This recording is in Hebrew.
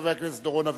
חבר הכנסת דורון אביטל.